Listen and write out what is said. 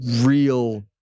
real